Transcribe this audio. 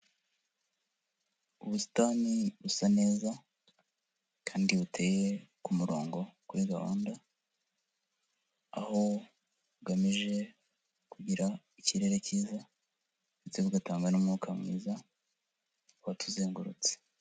Ubusitani busa neza kandi buteye ku murongo kuri gahunda, aho bugamije kugira ikirere cyiza ndetse bugatanga n'umwuka mwiza watuzengurutse.